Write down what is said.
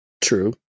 True